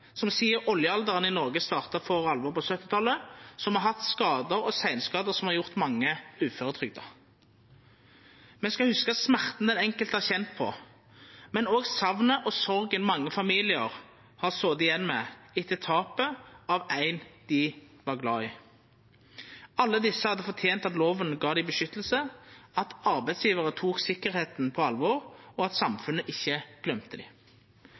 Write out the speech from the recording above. som sidan oljealderen i Noreg starta for alvor på 1970-talet, har hatt skadar og seinskadar som har gjort mange uføretrygda. Me skal hugsa smerten den enkelte har kjend på, men òg saknet og sorga mange familiar har sete igjen med etter tapet av ein dei var glad i. Alle desse hadde fortent at loven gav dei beskyttelse, at arbeidsgjevarar tok tryggleiken på alvor, og at samfunnet ikkje